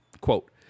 quote